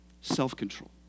self-control